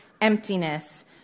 emptiness